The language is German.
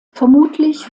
vermutlich